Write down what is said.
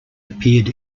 appeared